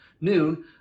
noon